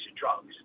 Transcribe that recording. drugs